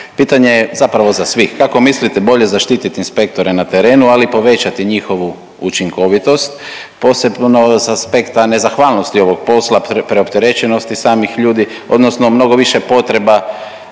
pitanje je zapravo za svih. Kako mislite bolje zaštiti inspektore na terenu, ali i povećati njihovu učinkovitost posebno s aspekta nezahvalnosti ovog posla, preopterećenosti sam ljudi odnosno mnogo više potreba